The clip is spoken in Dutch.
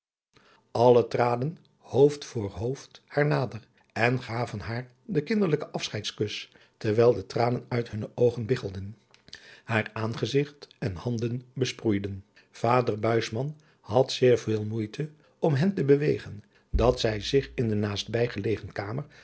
alle traden hoofd voor hoofd haar nader en gaven haar den kinderlijken afscheidskus terwijl de tranen uit hunne oogen biggelende haar aangezigt en handen besproeiden vader buisman had zeer veel moeite om hen te bewegen dat zij zich in de naastbij gelegen kamer